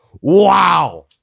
Wow